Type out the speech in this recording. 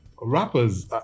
rappers